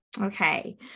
Okay